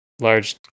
large